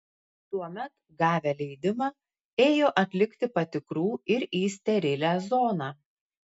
tuomet gavę leidimą ėjo atlikti patikrų ir į sterilią zoną